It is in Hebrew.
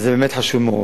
וזה באמת חשוב מאוד.